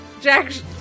Jack